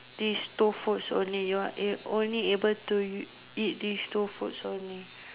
this two foods only you are only able to eat these two foods only